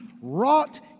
wrought